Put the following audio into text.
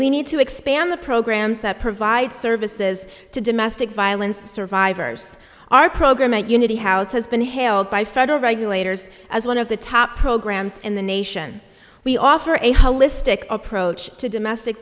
we need to expand the programs that provide services to domestic violence survivors our program at unity house has been hailed by federal regulators as one of the top programs in the nation we offer a holistic approach to domestic